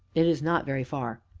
it is not very far.